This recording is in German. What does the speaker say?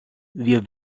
wir